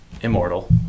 immortal